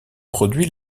produit